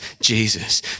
Jesus